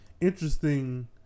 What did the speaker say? interesting